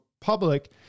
public